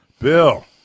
Bill